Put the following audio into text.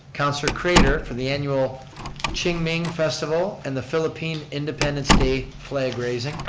councilor craitor for the annual qingming festival and the philippine independence day flag raising.